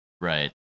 Right